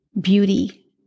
beauty